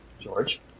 George